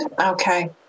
Okay